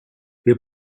wir